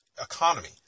economy